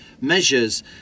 measures